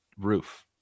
roof